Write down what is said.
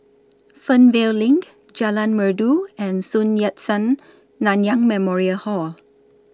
Fernvale LINK Jalan Merdu and Sun Yat Sen Nanyang Memorial Hall